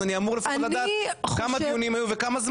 אז אני אמור לפחות לדעת כמה דיונים היו וכמה זמן.